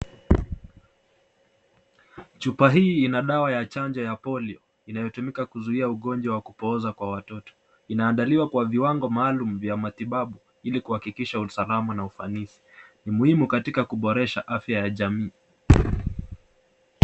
Chupa hii inadawa ya chanjo ya polio, inayotumika kuzuia ugonjwa wa kupooza kwa watoto, inaandaliwa kwa viwango maalum vya kimatibabu Ili kuhakikisha usalama na ufanisi. Ni muhimu katika kuboresha afya ya jamii.